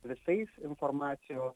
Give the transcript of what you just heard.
visais informacijos